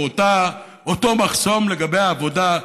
אותו מחסום לגבי העבודה,